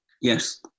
Yes